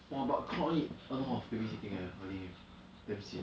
orh but claude need a lot of babysitting eh damn sian